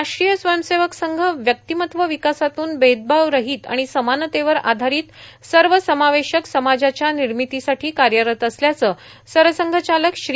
राष्ट्रीय स्वयंसेवक संघ व्यक्तिमत्व विकासातून भेदभावरहित आणि समानतेवर आधारित सर्वसमावेशक समाजाच्या निर्मितीसाठी कार्यरत असल्याचं सरसंघचालक श्री